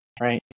right